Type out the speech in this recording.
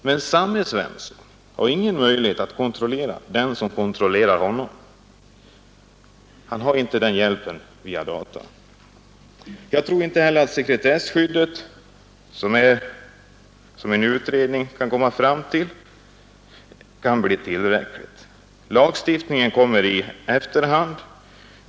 Men samme Svensson har ingen möjlighet att kontrollera vem som kontrollerar honom. Han har inte den hjälpen via data. Jag tror inte heller att det sekretesskydd som en utredning skall komma fram till kan bli tillräckligt. Lagstiftningen kommer i efterhand.